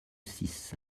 six